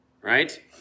Right